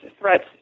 threats